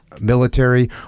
Military